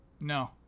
No